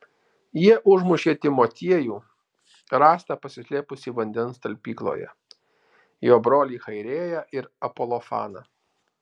jie užmušė timotiejų rastą pasislėpusį vandens talpykloje jo brolį chairėją ir apolofaną